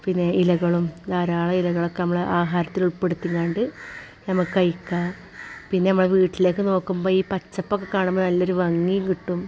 പിന്നെ ഇലകളും ധാരാളം ഇലകളൊക്കെ ഞമ്മളെ ആഹാരത്തിൽ ഉൾപ്പെടുത്തുന്നുണ്ട് ഞമ്മക്ക് കഴിക്കുക പിന്നെ ഞമ്മൾ വീട്ടിലേക്ക് നോക്കുമ്പോൾ ഈ പച്ചപ്പ് കാണുമ്പോൾ നല്ലൊരു ഭംഗി കിട്ടും